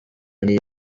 niyo